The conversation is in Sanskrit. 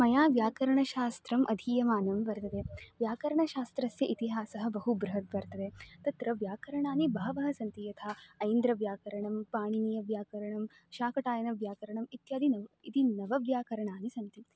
मया व्याकरणशास्त्रम् अधीयमानं वर्तते व्याकरणशास्त्रस्य इतिहासः बहु बृहद्वर्तते तत्र व्याकरणानि बहवः सन्ति यथा ऐन्द्रव्याकरणं पाणिनीयव्याकरणं शाकटायनव्याकरणम् इत्यादीनि इति नवव्याकरणानि सन्ति